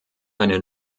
eine